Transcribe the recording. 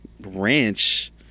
Ranch